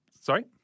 Sorry